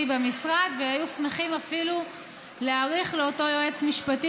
במשרד והיו שמחים אפילו להאריך לאותו יועץ משפטי,